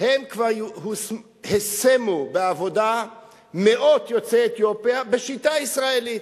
הם כבר השימו בעבודה מאות יוצאי אתיופיה בשיטה ישראלית: